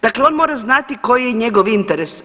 Dakle, on mora znati koji je njegov interes.